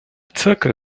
zirkel